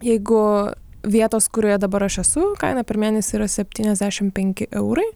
jeigu vietos kurioje dabar aš esu kaina per mėnesį yra septyniasdešim penki eurai